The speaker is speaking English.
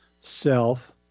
self